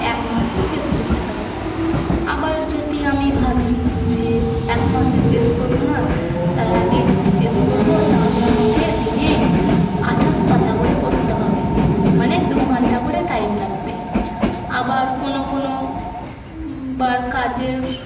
এক মাসে শেষ করতে পারি আবার যদি আমি ভাবি যে এক মাসে শেষ করবো না তার আগে শেষ করবো তাহলে আমাকে দিনে আঠাশ পাতা করে পড়তে হবে মানে দু ঘন্টা করে টাইম লাগবে আবার কোনো কোনো বার কাজের